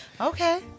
Okay